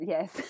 Yes